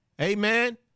Amen